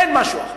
אין משהו אחר.